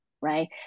right